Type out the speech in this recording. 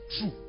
true